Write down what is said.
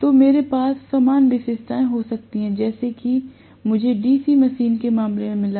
तो मेरे पास समान विशेषताएं हो सकती हैं जैसे कि मुझे डीसी मशीन के मामले में मिला